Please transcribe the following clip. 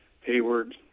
Hayward